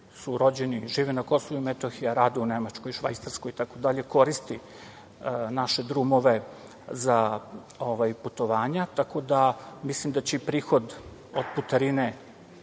koji žive na Kosovu i Metohiji a rade u Nemačkoj, Švajcarskoj, itd, koristi naše drumove za putovanja, tako da mislim da će i prihod od putarine